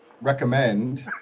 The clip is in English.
recommend